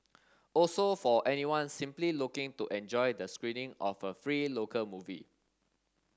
also for anyone simply looking to enjoy the screening of a free local movie